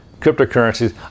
cryptocurrencies